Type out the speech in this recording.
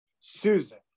Susan